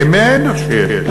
בטח שיש.